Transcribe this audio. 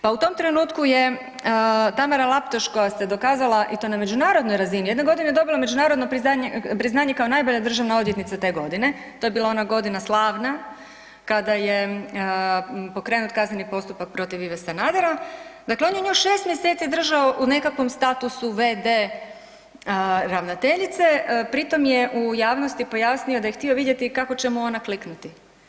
Pa u tom trenutku je Tamara Laptoš koja se dokazala i to na međunarodnoj razini, jedne godine dobila je međunarodno priznanje kao najbolja državna odvjetnice te godine, to je bila ona godina slavna kada je pokrenut kazneni postupak protiv Ive Sanadera, dakle on je nju 6 mjeseci držao u nekakvom statusu v.d. ravnateljice, pri tom je u javnosti pojasnio da je htio vidjeti kako će mu ona kliknuti.